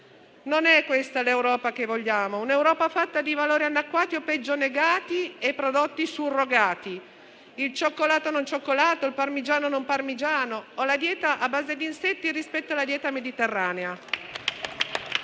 Non è questa l'Europa che vogliamo, un'Europa fatta di valori annacquati, o peggio negati, e prodotti surrogati: il cioccolato non cioccolato, il parmigiano non parmigiano o la dieta a base di insetti rispetto alla dieta mediterranea.